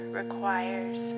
requires